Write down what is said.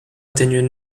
atteignent